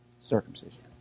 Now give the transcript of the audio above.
Circumcision